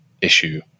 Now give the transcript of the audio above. issue